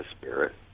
spirit